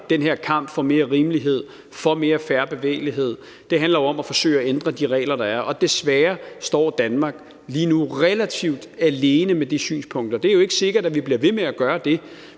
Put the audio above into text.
den her kamp for mere rimelighed, for mere fair bevægelighed, om at forsøge at ændre de regler, der er. Desværre står Danmark lige nu relativt alene med de synspunkter. Det er jo ikke sikkert, at vi bliver ved med at gøre det,